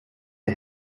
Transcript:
der